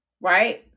right